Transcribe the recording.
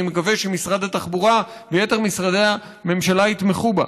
ואני מקווה שמשרד התחבורה ויתר משרדי הממשלה יתמכו בה.